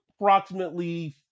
approximately